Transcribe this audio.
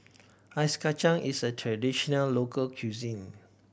Ice Kachang is a traditional local cuisine